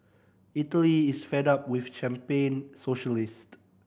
Italy is fed up with champagne socialist